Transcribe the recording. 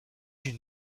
you